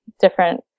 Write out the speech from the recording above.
different